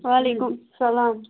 وَعلیکُم السَلام